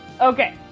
Okay